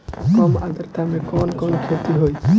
कम आद्रता में कवन कवन खेती होई?